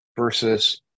versus